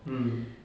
mm